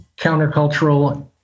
countercultural